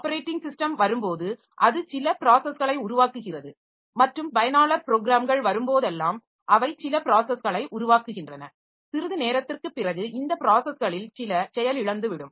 operating system வரும் போது அது சில ப்ராஸஸ்களை உருவாக்குகிறது மற்றும் பயனாளர் ப்ரோக்ராம்கள் வரும்போதெல்லாம் அவை சில ப்ராஸஸ்களை உருவாக்குகின்றன சிறிது நேரத்திற்குப் பிறகு இந்த ப்ராஸஸ்களில் சில செயலிழந்துவிடும்